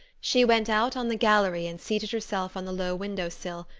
she went out on the gallery and seated herself on the low window-sill,